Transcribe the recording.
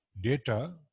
data